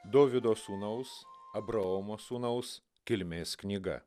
dovydo sūnaus abraomo sūnaus kilmės knyga